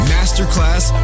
Masterclass